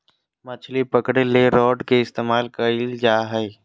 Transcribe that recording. मछली पकरे ले रॉड के इस्तमाल कइल जा हइ